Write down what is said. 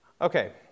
Okay